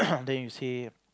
and then you say